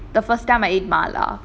the first time I ate mala